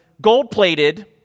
gold-plated